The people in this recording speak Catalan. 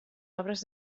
obres